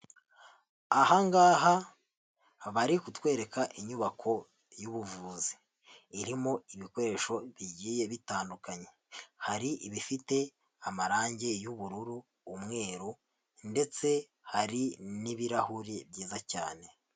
Aha ngaha bari kutwereka inyubako y'ubuvuzi irimo ibikoresho bigiye bitandukanye. Hari ibifite amarangi y'ubururu, umweru ndetse hari n'ibirahuri byiza cyane.